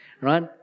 Right